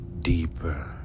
deeper